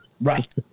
Right